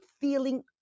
feeling